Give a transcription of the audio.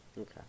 okay